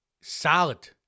salad